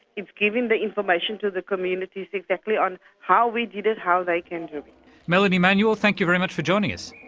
it's giving the information to the communities exactly on how we did it how they can do it. melanie manuel, thank you very much for joining us.